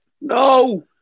No